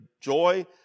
joy